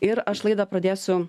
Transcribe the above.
ir aš laidą pradėsiu